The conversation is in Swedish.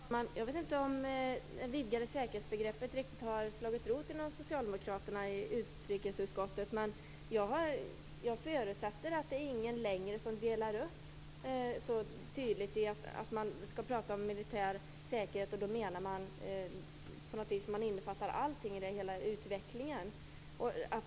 Herr talman! Jag vet inte om det vidgade säkerhetsbegreppet riktigt har slagit rot inom socialdemokraterna i utrikesutskottet. Men jag förutsätter att ingen längre anser att militär säkerhet omfattar allting i hela utvecklingen.